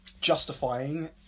justifying